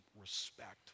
respect